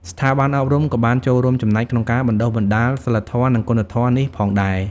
ស្ថាប័នអប់រំក៏បានចូលរួមចំណែកក្នុងការបណ្ដុះបណ្ដាលសីលធម៌ និងគុណធម៌នេះផងដែរ។